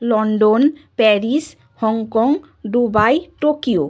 London Paris Hong Kong Dubai Tokyo